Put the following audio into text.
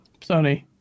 Sony